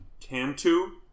Tantu